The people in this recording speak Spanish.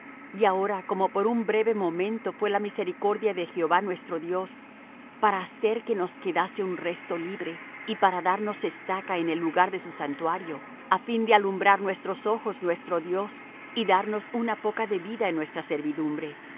y ahora como por un breve momento fué la misericordia de jehová nuestro dios para hacer que nos quedase un resto libre y para darnos estaca en el lugar de su santuario á fin de alumbrar nuestros ojos nuestro dios y darnos una poca de vida en nuestra servidumbre